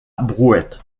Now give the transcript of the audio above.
brouette